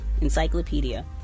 Encyclopedia